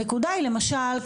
הנקודה היא למשל,